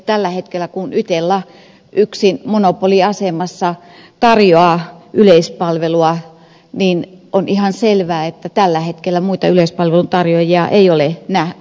tällä hetkellä kun itella yksin monopoliasemassa tarjoaa yleispalvelua on ihan selvä että muita yleispalvelun tarjoajia ei ole näkyvissä